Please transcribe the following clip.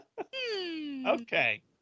Okay